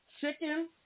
Chicken